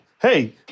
Hey